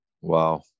Wow